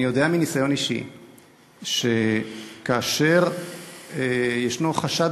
אני יודע מניסיון אישי שכאשר יש חשד